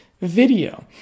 video